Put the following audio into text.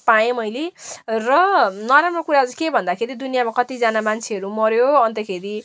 पाएँ मैले र नराम्रो कुरा चाहिँ के भन्दाखेरि दुनियाँमा कतिजना मान्छेहरू मऱ्यो अन्तखेरि